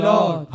Lord